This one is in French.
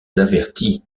avertit